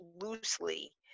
loosely